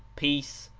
peace,